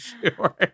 sure